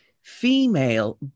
female